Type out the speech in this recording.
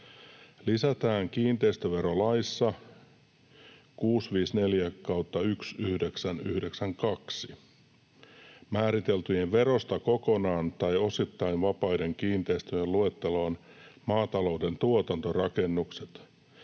Lisätään kiinteistöverolaissa 654/1992 määriteltyjen verosta kokonaan tai osittain vapaiden kiinteistöjen luetteloon maatalouden tuotantorakennukset.